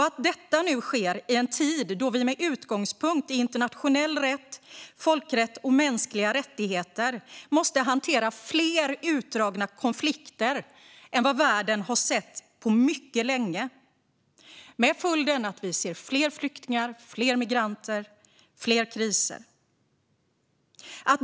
Att detta sker i en tid då vi med utgångspunkt i internationell rätt, folkrätt och mänskliga rättigheter måste hantera fler utdragna konflikter än vad världen har sett på mycket länge ger följden att vi ser fler flyktingar, fler migranter och fler kriser.